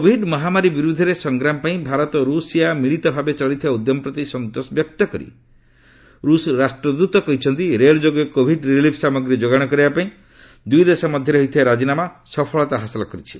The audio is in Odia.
କୋଭିଡ୍ ମହାମାରୀ ବିରୁଦ୍ଧରେ ସଂଗ୍ରାମ ପାଇଁ ଭାରତ ଓ ରୁଷିଆ ମିଳିତ ଭାବେ ଚଳେଇଥିବା ଉଦ୍ୟମ ପ୍ରତି ସନ୍ତୋଷ ବ୍ୟକ୍ତ କରି ରୁଷ ରାଷ୍ଟ୍ରଦୂତ କହିଛନ୍ତି ରେଳ ଯୋଗେ କୋଭିଡ୍ ରିଲିଫ୍ ସାମଗ୍ରୀ ଯୋଗାଣ କରିବା ପାଇଁ ଦୁଇଦେଶ ମଧ୍ୟରେ ହୋଇଥିବା ରାଜିନାମା ସଫଳତା ହାସଲ କରିଛି